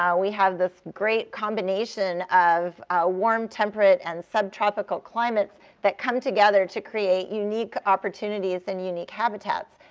um we have this great combination of ah warm temperate and subtropical climates that come together to create unique opportunities and unique habitats.